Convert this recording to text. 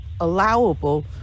allowable